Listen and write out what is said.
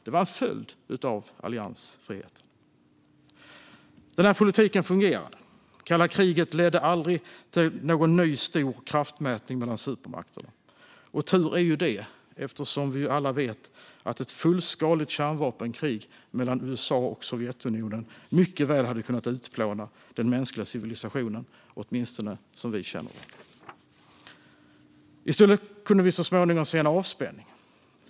Det var en följd av alliansfriheten. Den här politiken fungerade. Kalla kriget ledde aldrig till någon ny stor kraftmätning mellan supermakterna. Och tur är ju det eftersom, som vi alla vet, ett fullskaligt kärnvapenkrig mellan USA och Sovjetunionen mycket väl hade kunnat utplåna den mänskliga civilisationen, åtminstone som vi känner den. I stället kunde vi så småningom se en avspänning.